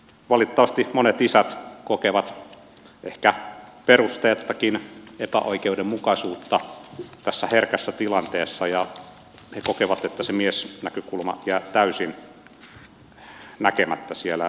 valitettavasti monet isät kokevat ehkä perusteettakin epäoikeudenmukaisuutta tässä herkässä tilanteessa ja he kokevat että se miesnäkökulma jää täysin näkemättä siellä